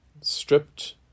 stripped